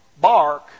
bark